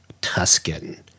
Tuscan